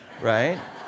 right